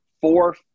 four